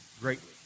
greatly